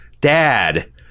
dad